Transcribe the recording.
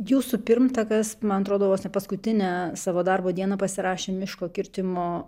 jūsų pirmtakas man atrodo vos ne paskutinę savo darbo dieną pasirašė miško kirtimo